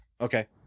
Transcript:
okay